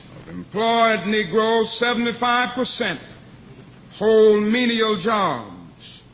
of employed negroes, seventy-five percent hold menial jobs.